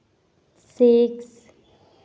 ᱥᱤᱠ